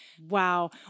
wow